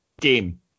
game